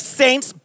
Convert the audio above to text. saints